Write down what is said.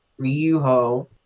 Ryuho